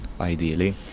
ideally